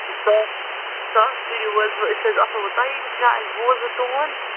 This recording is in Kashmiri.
ساس ساس کٔرو حظ وٕنۍ أسۍ حظ آسَو وٕ تۄہی نِش نِوان اَسہِ بوٗز وٕ تُہٕنٛد